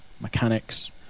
mechanics